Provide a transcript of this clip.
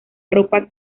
ropa